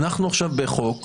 אנחנו עכשיו בחוק שאתמול,